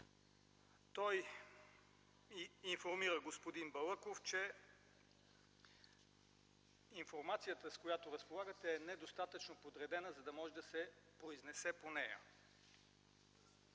Той информира господин Балъков, че информацията с която разполагат е недостатъчно подредена, за да може да се произнесе по нея.